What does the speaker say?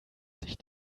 sich